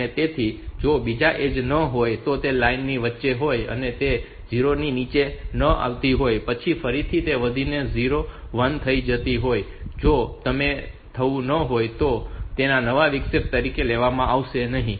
તેથી જો બીજી ઍજ ન આવી હોય અને તે લાઇનની વચ્ચે હોય અને તે 0 થી નીચે ન આવી હોય અને પછી ફરીથી તે વધીને 1 થઈ ગઈ હોય અને જો તેમ ન થયું હોય તો તેને નવા વિક્ષેપ તરીકે લેવામાં આવશે નહીં